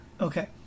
Okay